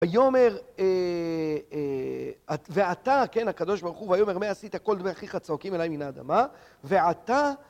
ויאמר, ואתה, כן, הקדוש ברוך הוא, ויאמר, מה עשית, כל דמי אחיך צועקים אליי מן האדמה, ועתה